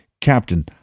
Captain